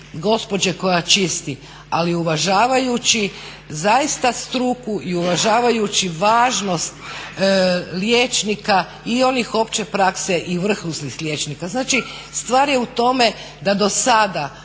gospođe koja čisti, ali uvažavajući struku i uvažavajući važnost liječnika i onih opće prakse i vrhunskih liječnika. Znači stvar je u tome da do sada